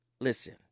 Listen